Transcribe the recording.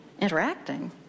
interacting